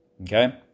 Okay